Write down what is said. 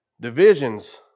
Divisions